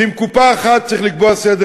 ועם קופה אחת צריך לקבוע סדר